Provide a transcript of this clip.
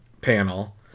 panel